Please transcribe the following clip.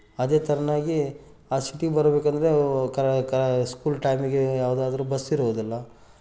ಅದೇ ತೆರನಾಗಿ ಆ ಸಿಟಿಗೆ ಬರಬೇಕೆಂದ್ರೆ ಕರ್ ಕ ಸ್ಕೂಲ್ ಟೈಮಿಗೆ ಯಾವುದಾದ್ರೂ ಬಸ್ ಇರುವುದಿಲ್ಲ